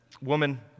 woman